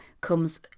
comes